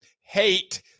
hate